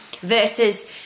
versus